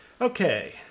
Okay